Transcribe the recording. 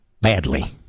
Badly